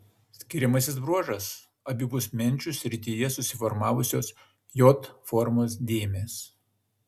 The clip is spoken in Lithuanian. skiriamasis bruožas abipus menčių srityje susiformavusios j formos dėmės